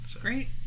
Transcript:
great